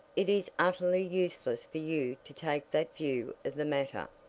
it is utterly useless for you to take that view of the matter.